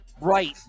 right